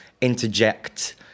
interject